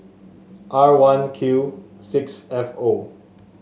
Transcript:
R one Q six F O